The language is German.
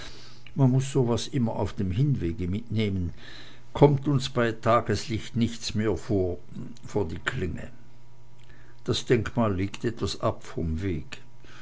man muß so was immer auf dem hinwege mitnehmen kommt uns bei tageslicht nichts mehr vor die klinge das denkmal liegt etwas ab vom wege